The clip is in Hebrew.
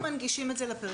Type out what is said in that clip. איך מנגישים את זה לפריפריה?